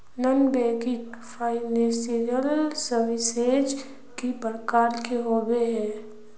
Non banking financial services किस प्रकार के होबे है?